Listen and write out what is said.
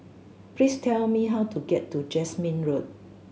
please tell me how to get to Jasmine Road